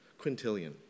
Quintillion